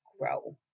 grow